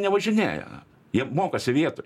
nevažinėja jie mokosi vietoj